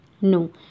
No